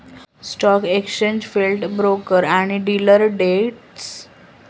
stock exchange feed, broker आणि dealer desk हेच्याकडसून माहीती गोळा केली जाता, असा तो आफिसर सांगत होतो